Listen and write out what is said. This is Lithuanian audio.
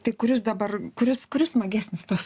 tai kuris dabar kuris kuris smagesnis tas